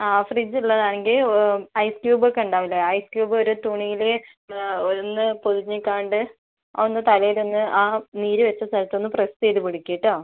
ആ ഫ്രിഡ്ജുള്ളതാണെങ്കിൽ ഐസ് ക്യൂബൊക്കെ ഉണ്ടാകുമല്ലൊ ഐസ് ക്യൂബൊര് തുണിയില് ആ ഒന്ന് പൊതിഞ്ഞ്കാണ്ട് ഒന്ന് തലേലൊന്ന് ആ നീര് വെച്ച സ്ഥലത്തൊന്ന് പ്രെസ്സ് ചെയ്ത് പിടിക്ക് കെട്ടോ